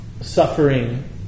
suffering